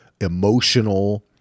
emotional